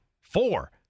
Four